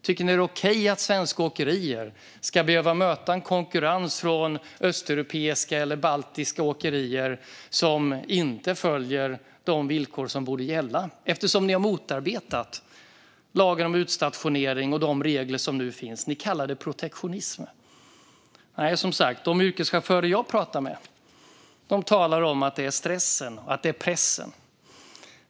Tycker ni att det är okej att svenska åkerier ska behöva möta konkurrens från östeuropeiska eller baltiska åkerier som inte följer de villkor som borde gälla, eftersom ni har motarbetat lagen om utstationering och de regler som nu finns och kallar det protektionism? Som sagt, de yrkeschaufförer som jag pratar med talar om att det handlar om stressen och pressen.